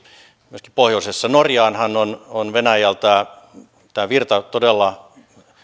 myöskin pohjoisessa norjaanhan on on venäjältä tämä virta todella